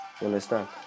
understand